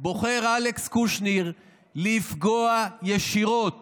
בוחר אלכס קושניר לפגוע ישירות